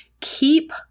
keep